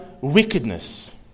wickedness